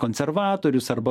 konservatorius arba